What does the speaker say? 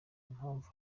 impamvu